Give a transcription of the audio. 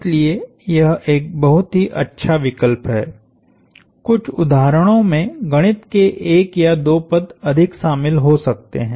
इसलिए यह एक बहुत ही अच्छा विकल्प है कुछ उदाहरणों में गणित के एक या दो पद अधिक शामिल हो सकते हैं